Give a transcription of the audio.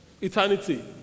eternity